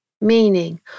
Meaning